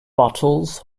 bottles